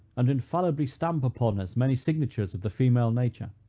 and infallibly stamp upon us many signatures of the female nature.